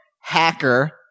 Hacker